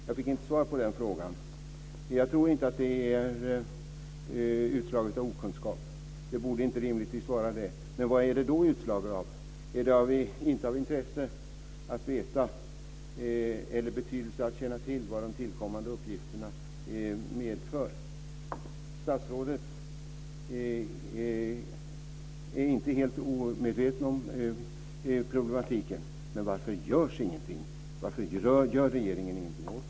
Jag fick inte svar på den frågan, men jag tror inte att det är utslag av okunskap. Det borde rimligtvis inte vara det. Men vad är det då utslag av? Är det inte av intresse att veta eller av betydelse att känna till vad de tillkommande uppgifterna medför? Statsrådet är inte helt omedveten om problematiken, men varför görs ingenting? Varför gör regeringen ingenting åt detta?